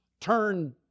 Turn